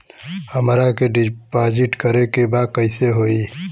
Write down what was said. हमरा के डिपाजिट करे के बा कईसे होई?